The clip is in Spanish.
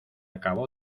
acabó